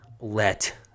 let